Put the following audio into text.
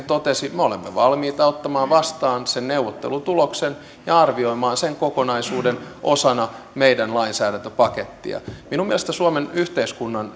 totesi me olemme valmiita ottamaan vastaan sen neuvottelutuloksen ja ja arvioimaan sen kokonaisuuden osana meidän lainsäädäntöpakettia minun mielestäni suomen yhteiskunnan